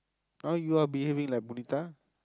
now you are behaving like Punitha